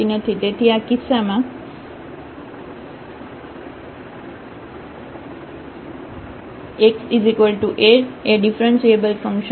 તેથી આ કિસ્સામાં xA એ ડિફ્રન્સિએબલ ફંક્શન નથી